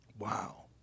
Wow